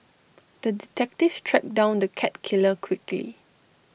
the detective tracked down the cat killer quickly